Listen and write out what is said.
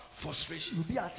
Frustration